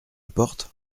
porte